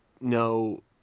no